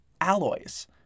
alloys